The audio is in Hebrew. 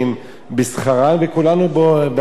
וכולנו בעד אותו עניין.